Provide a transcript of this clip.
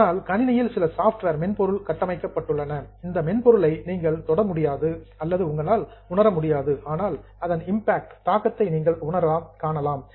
ஆனால் கணினியில் சில சாப்ட்வேர் மென்பொருள் கட்டமைக்கப்பட்டுள்ளன இந்த மென்பொருளை நீங்கள் தொட முடியாது அல்லது உங்களால் உணர முடியாது ஆனால் அதன் இம்பாக்ட் தாக்கத்தை நீங்கள் உணரலாம் காணலாம்